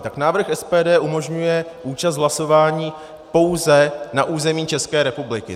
Tak návrh SPD umožňuje účast hlasování pouze na území České republiky.